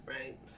right